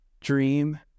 dream